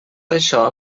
això